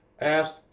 asked